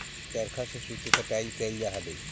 चरखा से सूत के कटाई कैइल जा हलई